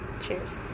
Cheers